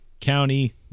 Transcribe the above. County